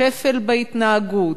שפל בהתנהגות.